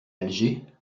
alger